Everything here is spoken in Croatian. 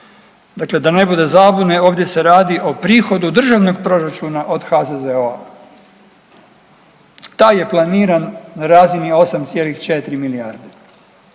Dakle, da ne bude zabune ovdje se radi o prihodu državnog proračuna od HZZO-a. Taj je planiran na razini 8,4 milijarde.